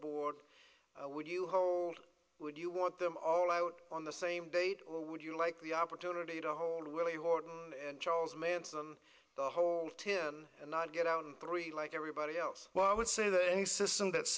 board would you hold would you want them all out on the same date or would you like the opportunity to hold willie horton and charles manson the whole ten and not get out and three like everybody else i would say that any system that